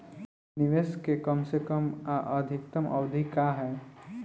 निवेश के कम से कम आ अधिकतम अवधि का है?